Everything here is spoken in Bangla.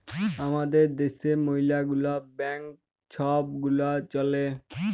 আমাদের দ্যাশে ম্যালা গুলা ব্যাংক ছব গুলা চ্যলে